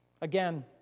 Again